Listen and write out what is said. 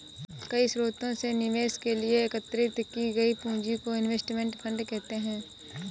कई स्रोतों से निवेश के लिए एकत्रित की गई पूंजी को इनवेस्टमेंट फंड कहते हैं